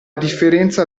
differenza